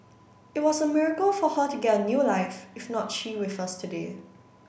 it was a miracle for her to get a new life if not she with us today